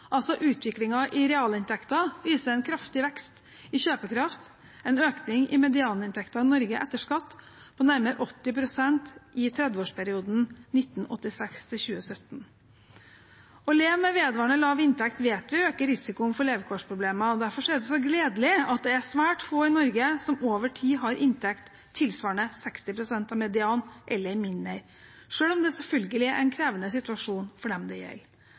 altså utviklingen i realinntekter, viser en kraftig vekst i kjøpekraft, en økning i medianinntekten i Norge etter skatt på nærmere 80 pst. i 30-årsperioden 1986–2017. Å leve med vedvarende lav inntekt vet vi øker risikoen for levekårsproblemer. Derfor er det så gledelig at det er svært få i Norge som over tid har inntekt tilsvarende 60 pst. av median eller mindre, selv om det selvfølgelig er en krevende situasjon for dem det gjelder.